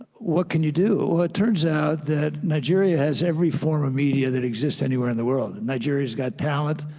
what can you do? well, it turns out that nigeria has every form of media that exists anywhere in the world. nigeria's got talent.